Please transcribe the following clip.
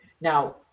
Now